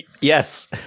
Yes